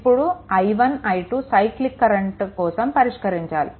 ఇప్పుడు i1 i2 cyclic current కోసం పరిష్కరించాలి